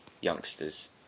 youngsters